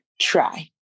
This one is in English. try